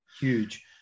huge